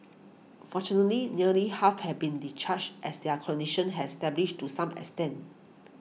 fortunately nearly half have been discharged as their condition have stabilised to some extent